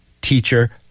teacher